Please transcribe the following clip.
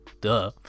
duh